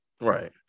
Right